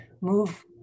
move